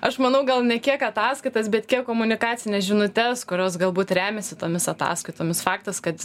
aš manau gal ne kiek ataskaitas bet kiek komunikacines žinutes kurios galbūt remiasi tomis ataskaitomis faktas kad